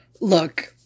Look